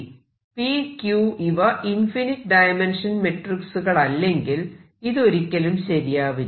p q ഇവ infinite dimension മെട്രിക്സുകളല്ലെങ്കിൽ ഇത് ഒരിക്കലും ശരിയാവില്ല